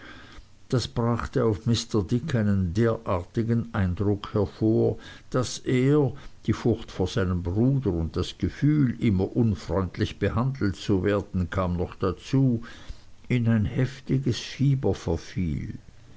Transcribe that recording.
das brachte auf mr dick einen derartigen eindruck hervor daß er die furcht vor seinem bruder und das gefühl immer unfreundlich behandelt zu werden kam noch dazu in ein heftiges fieber verfiel